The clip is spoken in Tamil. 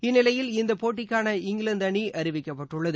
இந்நிலையில் இந்தப்போட்டிக்கான இங்கிலாந்துஅணிஅறிவிக்கப்பட்டுள்ளது